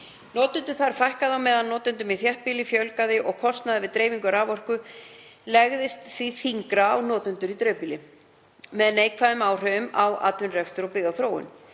Notendum þar fækkaði á meðan notendum í þéttbýli fjölgaði og kostnaður við dreifingu raforku legðist því þyngra á notendur í dreifbýli, með neikvæðum áhrifum á atvinnurekstur og byggðaþróun.